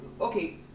okay